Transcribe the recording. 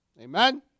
Amen